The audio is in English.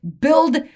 Build